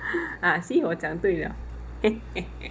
ah see 我讲对了